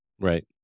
Right